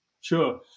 Sure